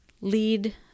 lead